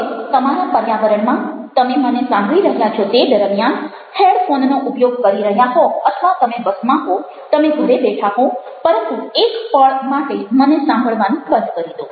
હવે તમારા પર્યાવરણમાં તમે મને સાંભળી રહ્યા છો તે દરમિયાન હેડફોનનો ઉપયોગ કરી રહ્યા હોઅથવા તમે બસમાં હો તમે ઘરે બેઠા હો પરંતુ એક પળ માટે મને સાંભલવાનું બંધ કરી દો